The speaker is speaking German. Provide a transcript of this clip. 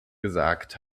gesagt